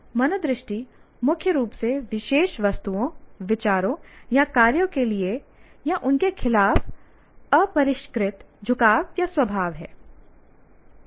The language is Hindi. मनोदृष्टि मुख्य रूप से विशेष वस्तुओं विचारों या कार्यों के लिए या उनके खिलाफ अपरिष्कृत झुकाव या स्वभाव हैं